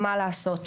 מה לעשות,